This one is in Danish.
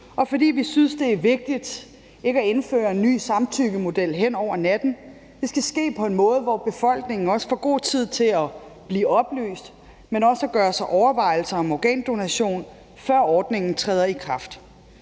og fordi vi synes, det er vigtigt ikke at indføre en ny samtykkemodel hen over natten. Det skal ske på en måde, hvor befolkningen også får god tid til at blive oplyst, men også at gøre sig overvejelser om organdonation, før ordningen træder i kraft.